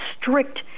strict